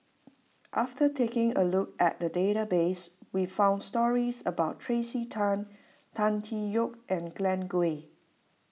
after taking a look at the database we found stories about Tracey Tan Tan Tee Yoke and Glen Goei